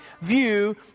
view